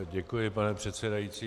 Děkuji, pane předsedající.